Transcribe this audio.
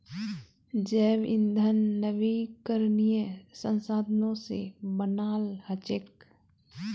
जैव ईंधन नवीकरणीय संसाधनों से बनाल हचेक